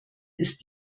ist